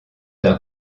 d’un